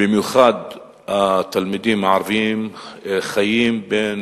במיוחד התלמידים הערבים, חיים בין